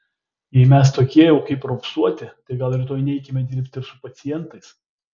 jei mes tokie jau kaip raupsuoti tai gal rytoj neikime dirbti ir su pacientais